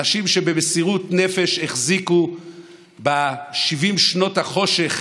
אנשים שבמסירות נפש החזיקו ב-70 שנות החושך